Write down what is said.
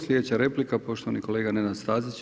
Sljedeća replika poštovani kolega Nenad Stazić.